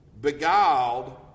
beguiled